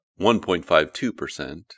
1.52%